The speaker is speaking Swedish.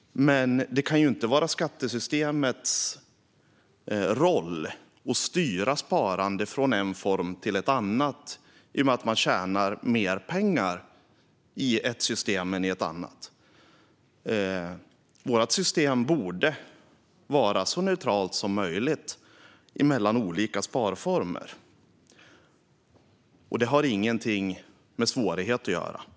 Men det kan inte vara skattesystemets roll att styra sparande från en form till en annan i och med att man tjänar mer pengar i ett system än i ett annat. Vårt system borde vara så neutralt som möjligt mellan olika sparformer. Det har ingenting med svårighet att göra.